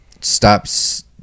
stops